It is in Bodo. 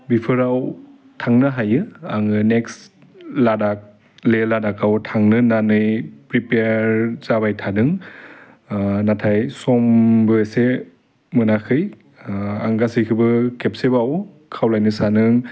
बेफोराव थांनो हायो आङो नेक्स लाडाक ले लाडाकआव थांनो होनानै प्रिपियार जाबाय थादों नाथाय समबोसे मोनाखै आं गासैखौबो खेबसेबाव खावलायनो सानो